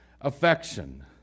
affection